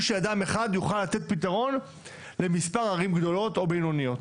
שאדם אחד יוכל לתת פתרון למספר ערים גדולות או בינוניות,